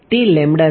વિદ્યાર્થી